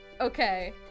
Okay